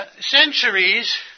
centuries